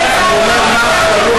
אני אומר מה האחריות,